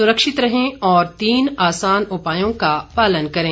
सुरक्षित रहें और इन आसान उपायों का पालन करें